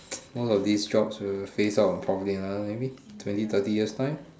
most of these jobs will face out in probably another maybe twenty thirty years time